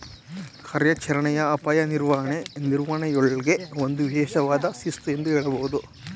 ಕಾರ್ಯಾಚರಣೆಯ ಅಪಾಯ ನಿರ್ವಹಣೆ ನಿರ್ವಹಣೆಯೂಳ್ಗೆ ಒಂದು ವಿಶೇಷವಾದ ಶಿಸ್ತು ಎಂದು ಹೇಳಬಹುದು